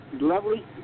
lovely